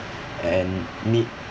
and meet